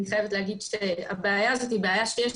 אני חייבת להגיד שהבעיה הזאת היא בעיה שיש